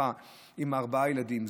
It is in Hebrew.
משפחה עם ארבעה ילדים,